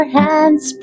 hands